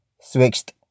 switched